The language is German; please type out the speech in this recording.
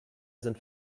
sind